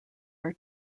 are